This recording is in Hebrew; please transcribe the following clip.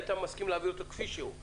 להביא אותו כפי שהוא,